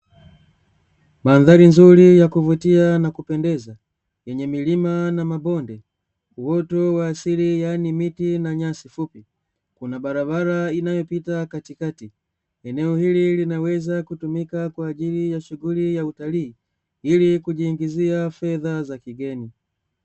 Mandhari nzuri ya kuvutia na kupendeza, yenye milima na mabonde, uoto wa asili, yaani miti na nyasi fupi, kuna barabara inayopita katikati. Eneo hili linaweza kutumika kwa ajili ya shughuli ya utalii, ili kujiingizia fedha za kigeni.